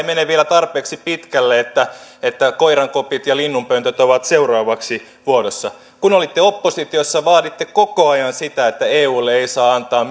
mene vielä tarpeeksi pitkälle että että koirankopit ja linnunpöntöt ovat seuraavaksi vuorossa kun olitte oppositiossa vaaditte koko ajan sitä että eulle ei saa antaa